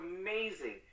amazing